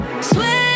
Swear